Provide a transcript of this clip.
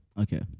Okay